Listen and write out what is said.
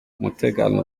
umutekano